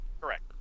Correct